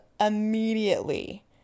immediately